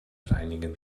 reinigen